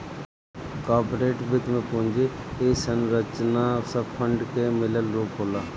corporate वित्त में पूंजी संरचना सब फंड के मिलल रूप होला